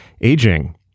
aging